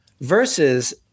Versus